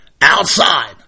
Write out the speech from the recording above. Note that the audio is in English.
outside